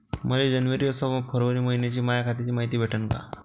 मले जनवरी अस फरवरी मइन्याची माया खात्याची मायती भेटन का?